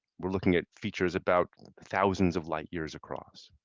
are looking at features about thousands of light years across.